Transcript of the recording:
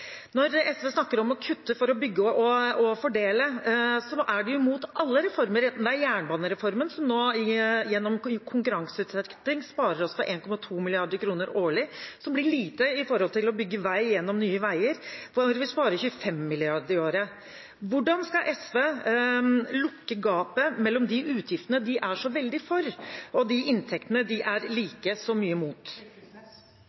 Når SV snakker om å kutte for å bygge og fordele, er de jo imot alle reformer, bl.a. jernbanereformen, som nå, gjennom konkurranseutsetting, sparer oss for 1,2 mrd. kr årlig, noe som er lite sammenliknet med det å bygge vei gjennom Nye Veier, hvor vi sparer 25 mrd. kr i året. Hvordan skal SV lukke gapet mellom de utgiftene de er så veldig for, og de inntektene de er